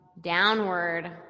Downward